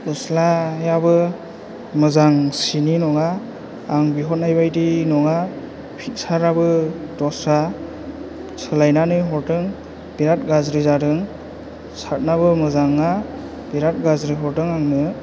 गस्लायाबो मोजां सिनि नङा आं बिहरनाय बायदि नङा फिकसाराबो दस्रा सोलायनानै हरदों बिराद गाज्रि जादों सार्थआबो मोजां नङा बिराद गाज्रि हरदों आंनो